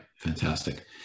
fantastic